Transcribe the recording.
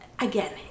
again